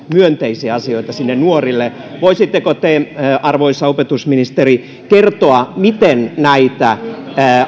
myönteisiä asioita nuorille voisitteko te arvoisa opetusministeri kertoa miten näitä